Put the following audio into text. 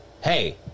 hey